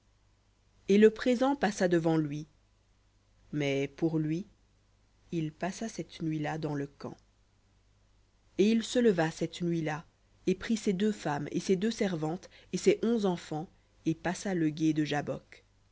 et le présent passa devant lui mais pour lui il passa cette nuit-là dans le camp et il se leva cette nuit-là et prit ses deux femmes et ses deux servantes et ses onze enfants et passa le gué de jabbok